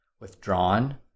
withdrawn